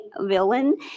villain